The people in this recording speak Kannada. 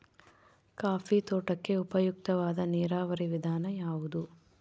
ಕಾಫಿ ತೋಟಕ್ಕೆ ಉಪಯುಕ್ತವಾದ ನೇರಾವರಿ ವಿಧಾನ ಯಾವುದು?